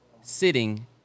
sitting